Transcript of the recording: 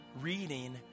reading